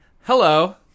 hello